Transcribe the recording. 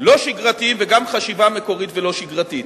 לא שגרתיים וגם חשיבה מקורית ולא שגרתית.